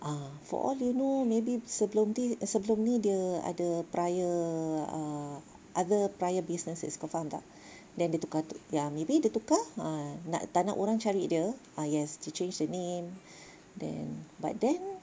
ah for all you know maybe sebelum this sebelum ni dia ada prior ah other prior businesses kau faham tak then dia tukar ya maybe dia tukar ah nak tak nak orang cari dia ah yes to change the name then but then